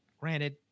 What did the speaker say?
granted